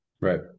Right